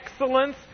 excellence